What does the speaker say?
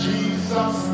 Jesus